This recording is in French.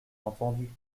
entendu